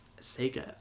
sega